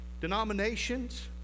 denominations